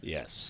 Yes